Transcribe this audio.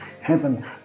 Heaven